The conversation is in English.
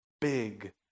big